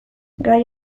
gai